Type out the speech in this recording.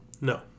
No